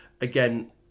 again